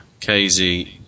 KZ